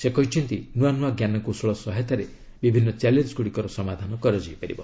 ସେ କହିଛନ୍ତି ନୂଆ ନୂଆ ଞ୍ଜାନକୌଶଳ ସହାୟତାରେ ବିଭିନ୍ନ ଚ୍ୟାଲେଞ୍ଗ୍ଗୁଡ଼ିକର ସମାଧାନ କରାଯାଇପାରିବ